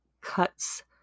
cuts